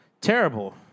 terrible